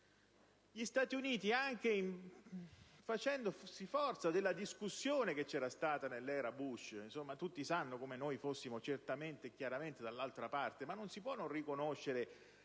gli Stati Uniti si sono fatti forza della discussione che aveva avuto luogo nell'era Bush: tutti sanno come fossimo certamente e chiaramente dall'altra parte, ma non si può non riconoscere